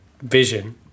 vision